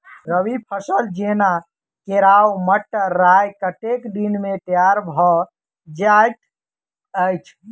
रबी फसल जेना केराव, मटर, राय कतेक दिन मे तैयार भँ जाइत अछि?